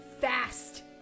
Fast